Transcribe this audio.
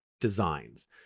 designs